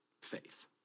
faith